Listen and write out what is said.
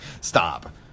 Stop